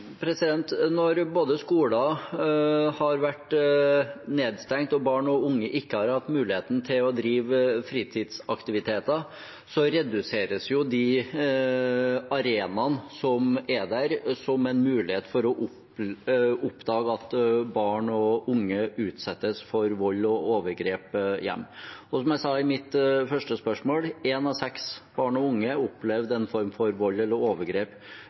Når både skoler har vært nedstengt, og barn og unge ikke har hatt muligheten til å drive fritidsaktiviteter, reduseres de arenaene som er der som en mulighet for å oppdage at barn og unge utsettes for vold og overgrep hjemme. Som jeg sa i mitt første spørsmål, opplevde én av seks barn og unge en form for vold eller overgrep